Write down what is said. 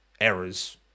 errors